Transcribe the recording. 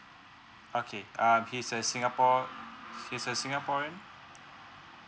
okay um he's at singapore he's a singaporean